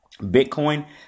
Bitcoin